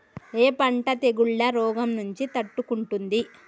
ఏ పంట తెగుళ్ల రోగం నుంచి తట్టుకుంటుంది?